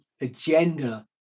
agenda